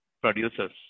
producers